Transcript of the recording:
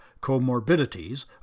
comorbidities